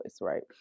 right